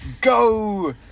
Go